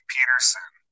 Peterson